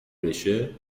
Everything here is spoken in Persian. بشه